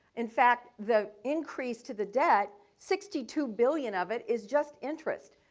in fact, the increase to the debt, sixty two billion of it is just interest.